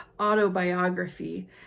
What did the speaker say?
autobiography